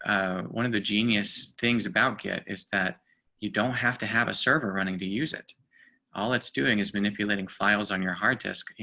um one of the genius things about kit is that you don't have to have a server running to use it all it's doing is manipulating files on your hard disk,